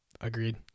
agreed